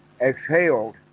exhaled